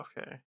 okay